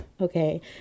Okay